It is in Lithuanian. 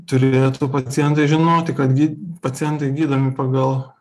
turėtų pacientai žinoti kad pacientai gydomi pagal